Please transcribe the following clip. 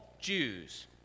Jews